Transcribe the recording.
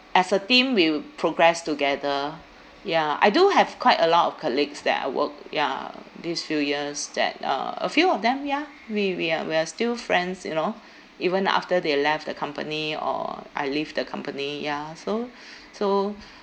as a team we progress together ya I do have quite a lot of colleagues that I work ya these few years that uh a few of them ya we we are we are still friends you know even after they left the company or I leave the company ya so so